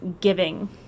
giving